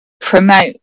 promote